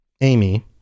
Amy